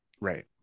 right